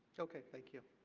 okay. thank you.